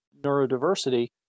neurodiversity